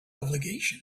obligation